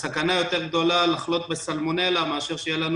הסכנה היותר גדולה היא לחלות בסלמונלה מאשר שיהיה לנו